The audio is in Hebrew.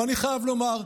ואני חייב לומר,